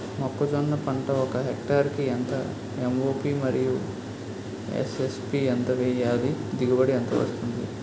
మొక్కజొన్న పంట ఒక హెక్టార్ కి ఎంత ఎం.ఓ.పి మరియు ఎస్.ఎస్.పి ఎంత వేయాలి? దిగుబడి ఎంత వస్తుంది?